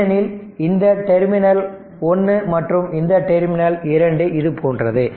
ஏனெனில் இந்த டெர்மினல் 1 மற்றும் இந்த டெர்மினல் 2 இது போன்றது